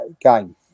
game